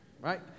right